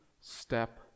step